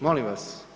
Molim vas.